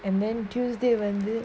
and then tuesday wednesday